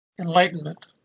enlightenment